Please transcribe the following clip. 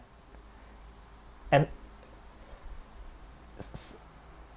and